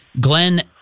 Glenn